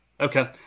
Okay